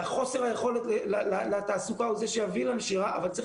חוסר היכולת לתעסוקה הוא זה שיביא לנשירה אבל צריך